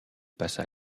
passa